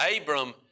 Abram